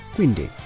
Quindi